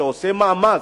שעושה מאמץ,